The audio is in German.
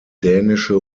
dänische